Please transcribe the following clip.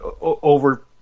over